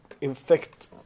infect